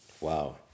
Wow